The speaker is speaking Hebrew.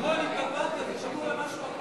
שרון, התבלבלת, זה שמור למשהו אחר.